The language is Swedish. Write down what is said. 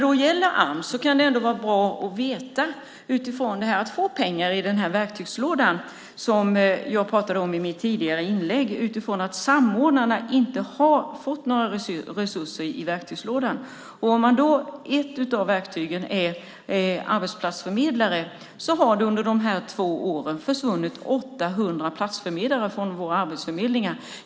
I mitt tidigare inlägg talade jag om att samordnarna inte har fått några resurser i verktygslådan. Ett av verktygen är arbetsplatsförmedlare. Under två år har det försvunnit 800 platsförmedlare från våra arbetsförmedlingar.